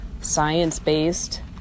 science-based